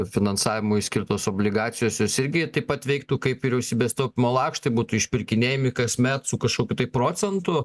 finansavimui skirtos obligacijose jos irgi taip pat veiktų kaip vyriausybės taupymo lakštai būtų išpirkinėjami kasmet su kažkokiu tai procentu